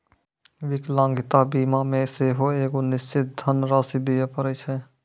विकलांगता बीमा मे सेहो एगो निश्चित धन राशि दिये पड़ै छै